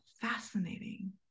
fascinating